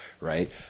right